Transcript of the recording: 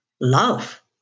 love